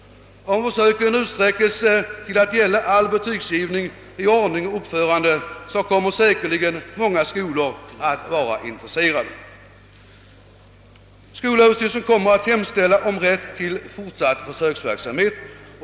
Om försöken utsträckes till att gälla all betygsgivning i ordning och uppförande kommer säkerligen många skolor att vara intresserade. Skolöverstyrelsen kommer att hemställa om rätt till fortsatt försöksverksamhet.